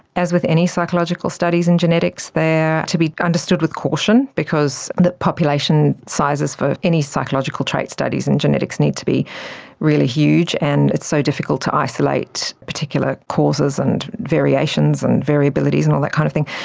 as with any psychological studies in genetics, they are to be understood with caution because the population sizes for any psychological trait studies in genetics need to be really huge, and it's so difficult to isolate particular causes and variations and variabilities and all that kind of thing.